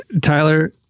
tyler